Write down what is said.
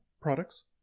products